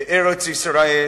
בארץ-ישראל